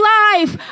life